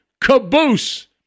caboose